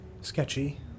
Sketchy